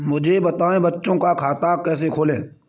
मुझे बताएँ बच्चों का खाता कैसे खोलें?